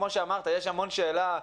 כמו שאמרת, יש המון שאלות.